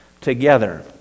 together